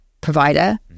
provider